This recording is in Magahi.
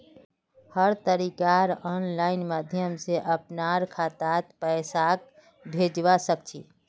हर तरीकार आनलाइन माध्यम से अपनार खातात पैसाक भेजवा सकछी